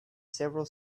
several